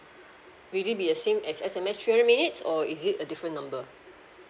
will it be a same as S_M_S three hundred minutes or is it a different number